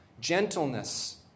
gentleness